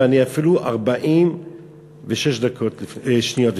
אני אפילו 46 שניות לפני.